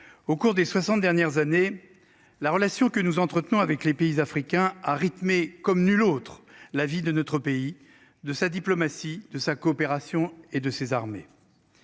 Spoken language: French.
Au cours des 60 dernières années. La relation que nous entretenons avec les pays africains à rythmé comme nul autre. La vie de notre pays de sa diplomatie de sa coopération et de ses armées.